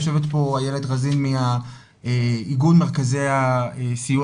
יושבת פה איילת רזין מהאיגוד מרכזי הסיוע